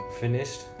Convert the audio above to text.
finished